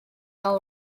all